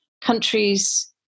countries